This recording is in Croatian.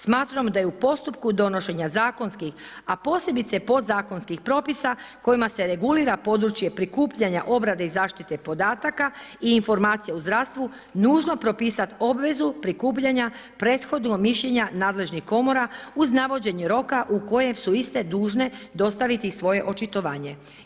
Smatram da je u postupku donošenja zakonskih, a posebice podzakonskih propisa kojima se regulira područje prikupljanja, obrade i zaštite podataka i informacije o zdravstvu nužno propisati obvezu prikupljanja prethodnog mišljenja nadležnih komora uz navođenje roka u kojem su iste dužne dostaviti svoje očitovanje.